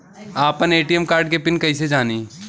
आपन ATM card के pin कईसे जानी?